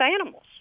animals